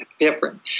different